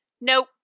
Nope